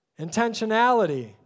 Intentionality